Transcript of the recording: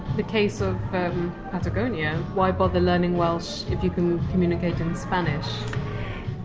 the case of patagonia, why bother learning welsh if you can communicate in spanish?